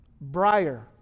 briar